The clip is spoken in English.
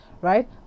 right